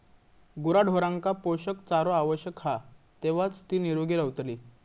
गुराढोरांका पोषक चारो आवश्यक हा तेव्हाच ती निरोगी रवतली